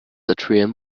atrium